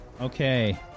Okay